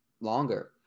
longer